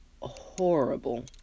horrible